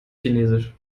chinesisch